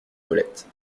toilette